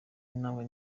intambwe